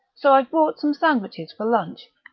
so i've brought some sandwiches for lunch.